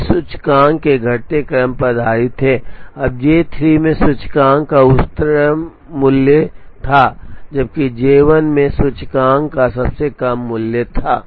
वे सूचकांक के घटते क्रम पर आधारित थे अब J3 में सूचकांक का उच्चतम मूल्य था जबकि J1 में सूचकांक का सबसे कम मूल्य था